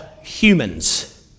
humans